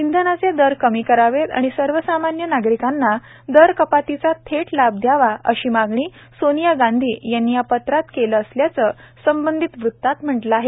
इंधनाचे दर कमी करावेत आणि सर्वसामान्य नागरिकांना दरकपातीचा थेट लाभ दयावा अशी मागणी सोनिया गांधी यांनी या पत्रात केली असल्याचं म्हटलं आहे